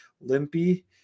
limpy